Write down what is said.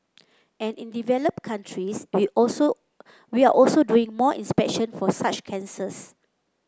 and in developed countries we also we are also doing more inspection for such cancers